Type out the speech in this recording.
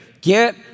Get